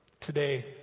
today